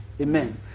Amen